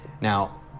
Now